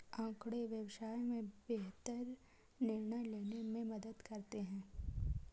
आँकड़े व्यवसाय में बेहतर निर्णय लेने में मदद करते हैं